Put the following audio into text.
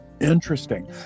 Interesting